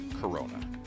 Corona